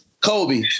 Kobe